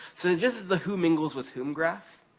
so, just as the who mingles with whom graph,